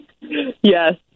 Yes